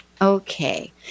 Okay